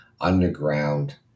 underground